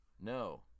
No